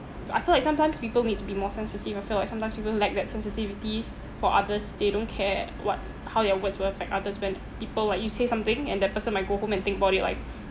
but I feel like sometimes people need to be more sensitive I feel like sometimes people lack that sensitivity for others they don't care what how their words will affect others when people like you say something and that person might go home and think about it like